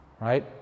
Right